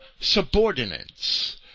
subordinates